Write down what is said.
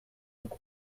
أكبر